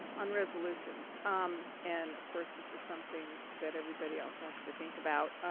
on resolutions um and, of course, this is something that everybody also has to think about.